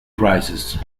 prices